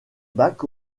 bac